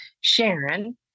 Sharon